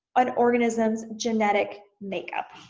an organism's genetic makeup,